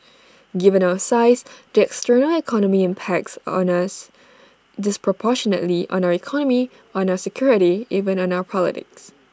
given our size the external environment impacts on us disproportionately on our economy on our security even on our politics